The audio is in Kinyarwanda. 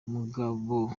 umugabo